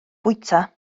fwyta